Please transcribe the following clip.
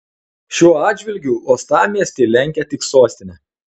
šiuo atžvilgiu uostamiestį lenkia tik sostinė